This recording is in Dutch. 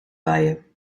buien